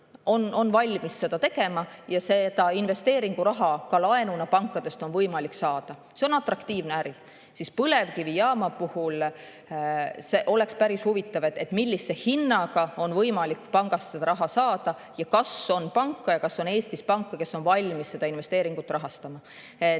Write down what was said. on valmis seda tegema. Investeeringuraha on laenuna ka pankadest võimalik saada, see on atraktiivne äri. Põlevkivijaama puhul oleks päris huvitav, millise hinnaga on võimalik pangast raha saada ja kas on panku, kas on Eestis panku, kes on valmis seda investeeringut rahastama.